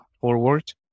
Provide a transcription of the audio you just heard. forward